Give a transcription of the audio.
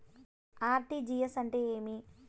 RTGS అంటే ఏమి